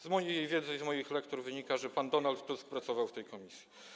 Z mojej wiedzy i z moich lektur wynika, że pan Donald Tusk pracował w tej komisji.